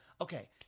Okay